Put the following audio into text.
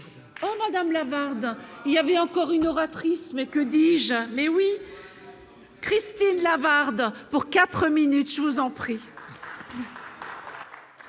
Au MoDem Lavardin, il y avait encore une oratrice mais que déjà mais, oui Christine Lavardin pour 4 minutes je vous en prie.